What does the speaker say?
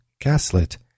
gaslit